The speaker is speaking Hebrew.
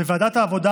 בוועדת העבודה,